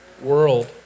world